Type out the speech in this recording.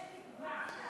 יש תקווה.